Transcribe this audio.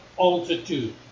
altitude